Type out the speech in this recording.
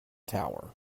tower